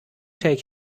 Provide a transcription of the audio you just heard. take